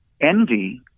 Envy